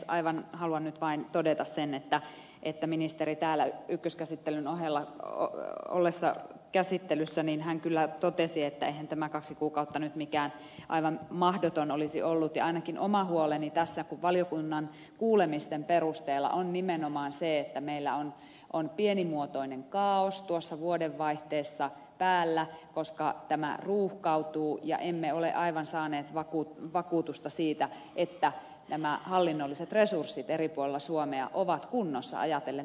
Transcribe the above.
aivan haluan nyt vain todeta sen että ministeri täällä ykköskäsittelyn ohella työn ollessa käsittelyssä niin ykköskäsittelyssä kyllä totesi että eihän tämä kaksi kuukautta nyt mikään aivan mahdoton olisi ollut ja ainakin oma huoleni tässä valiokunnan kuulemisten perusteella on nimenomaan se että meillä on pienimuotoinen kaaos tuossa vuodenvaihteessa päällä koska tämä ruuhkautuu ja emme ole aivan saaneet vakuutusta siitä että nämä hallinnolliset resurssit eri puolilla suomea ovat kunnossa ajatellen tätä tilannetta